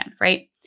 right